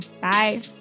Bye